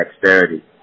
dexterity